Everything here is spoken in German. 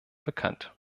bekannt